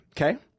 okay